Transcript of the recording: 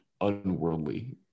unworldly